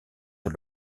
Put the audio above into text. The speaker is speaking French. sur